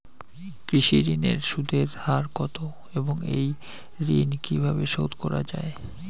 কৃষি ঋণের সুদের হার কত এবং এই ঋণ কীভাবে শোধ করা য়ায়?